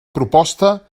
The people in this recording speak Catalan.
proposta